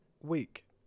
week